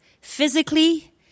physically